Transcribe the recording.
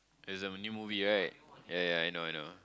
it's a new movie right ya ya I know I know